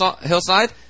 Hillside